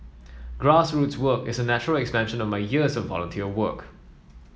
grassroots work is a natural extension of my years of volunteer work